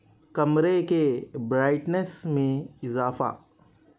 کمرے کے برائٹنس میں اضافہ